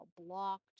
blocked